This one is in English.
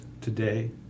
today